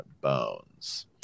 bones